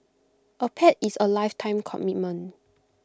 A pet is A lifetime commitment